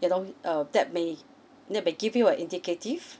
you know uh that may no but give you a indicative